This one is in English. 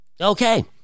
okay